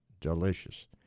delicious